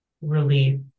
relief